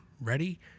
Ready